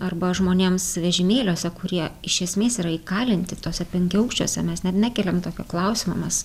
arba žmonėms vežimėliuose kurie iš esmės yra įkalinti tuose penkiaaukščiuose mes net nekeliam tokio klausimo mes